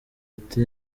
ati